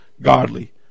godly